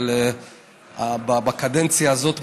בקדנציה הזאת,